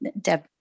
Deb